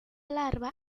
larva